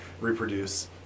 reproduce